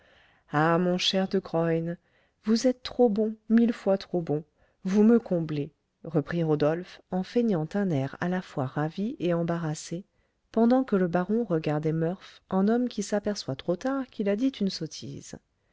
ah mon cher de graün vous êtes trop bon mille fois trop bon vous me comblez reprit rodolphe en feignant un air à la fois ravi et embarrassé pendant que le baron regardait murph en homme qui s'aperçoit trop tard qu'il a dit une sottise